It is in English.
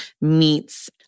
meets